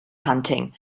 hunting